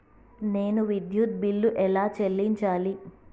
నేను విద్యుత్ బిల్లు ఎలా చెల్లించాలి?